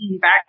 back